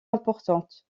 importante